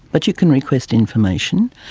but you can request information.